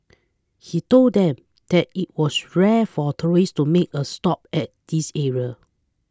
he told them that it was rare for tourists to make a stop at this area